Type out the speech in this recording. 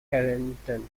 carrington